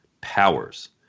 powers